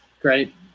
great